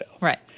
Right